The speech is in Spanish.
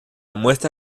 muestra